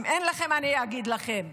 אם אין לכם, אני אגיד לכם: